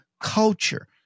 culture